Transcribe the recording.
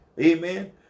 Amen